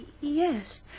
Yes